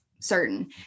certain